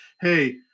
hey